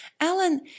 Alan